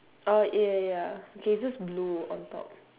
oh ya ya ya okay it's just blue on top